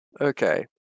Okay